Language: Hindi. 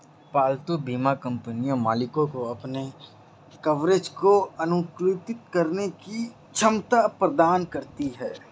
पालतू बीमा कंपनियां मालिकों को अपने कवरेज को अनुकूलित करने की क्षमता प्रदान करती हैं